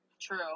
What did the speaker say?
True